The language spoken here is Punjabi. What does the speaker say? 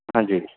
ਹਾਂਜੀ